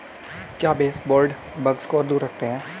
क्या baseboard bugs को दूर रखते हैं?